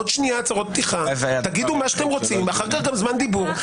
עוד שנייה הצהרות פתיחה תגידו מה שאתם רוצים ואחר כך גם זמן דיבור.